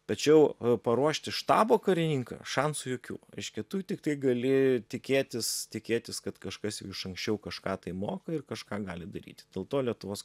tačiau paruošti štabo karininką šansų jokių reiškia tu tiktai gali tikėtis tikėtis kad kažkas jau iš anksčiau kažką tai moka ir kažką gali daryti dėl to lietuvos